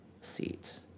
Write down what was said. seat